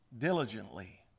diligently